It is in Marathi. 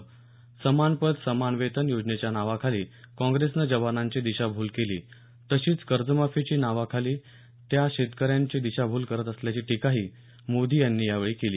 समान पद समान वेतनयोजनेच्या नावाखाली काँग्रेसनं जवानांची दिशाभूल केली तशीच कर्जमाफीच्या नावाखाली ते शेतकऱ्यांची दिशाभूल करत असल्याची टीकाही मोदी यांनी यावेळी केली